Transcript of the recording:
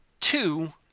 two